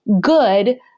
good